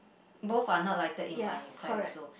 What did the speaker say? both are not lighted in my side also